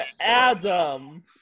adam